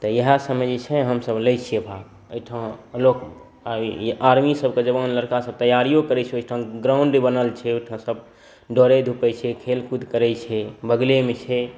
तऽ इएह सबमे जे छै हमसब लै छियै भाग एहिठाम अलोक आब ई आरमी सबके जवान लरका सब तैयारियो करै छै ओहिठाम ग्राउण्ड बनल छै ओहिठाम सब खेलै धूपै छै खेलकूद करै छै बगलेमे छै